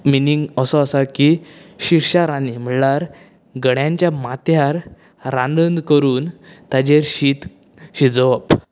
meaning असो आसा की शिश्या रान्नी म्हणल्यार गड्यांच्या माथ्यार रांदन करून ताचेर शीत शिजोवप